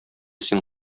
син